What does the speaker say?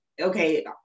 okay